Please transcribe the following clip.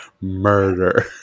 Murder